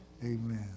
Amen